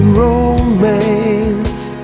romance